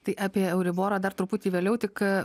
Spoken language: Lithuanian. tai apie euriborą dar truputį vėliau tik